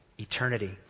Eternity